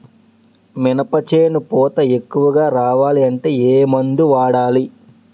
మినప చేను పూత ఎక్కువ రావాలి అంటే ఏమందు వాడాలి?